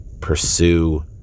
Pursue